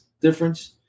difference